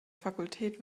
fakultät